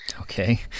Okay